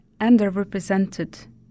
underrepresented